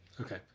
Okay